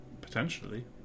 Potentially